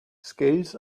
scales